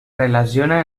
relaciona